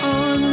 on